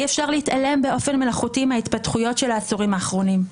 אי-אפשר להתעלם באופן מלאכותי מההתפתחויות של העשורים האחרונים.